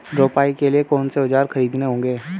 रोपाई के लिए कौन से औज़ार खरीदने होंगे?